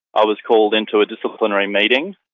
i was called into a disciplinary meeting.